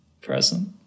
present